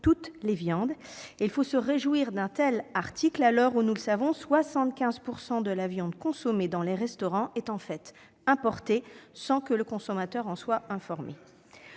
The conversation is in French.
toutes les viandes. Il faut se réjouir d'un tel article, à l'heure où 75 % de la viande consommée dans les restaurants est en fait importée, sans que le consommateur en soit informé.